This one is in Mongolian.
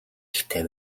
ихтэй